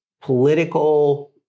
political